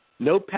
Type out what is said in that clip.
No